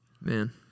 Man